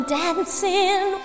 dancing